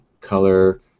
color